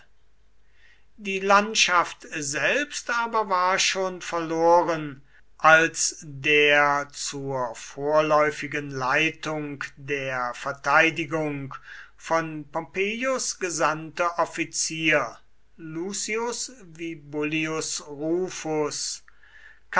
die landschaft selbst aber war schon verloren als der zur vorläufigen leitung der verteidigung von pompeius gesandte offizier lucius vibullius rufus